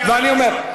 ואני אומר.